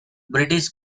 british